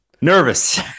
Nervous